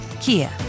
Kia